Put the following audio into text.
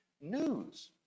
news